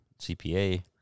CPA